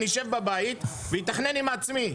אני אשב בבית ואתכנן עם עצמי.